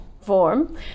form